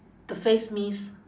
the face mist